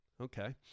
Okay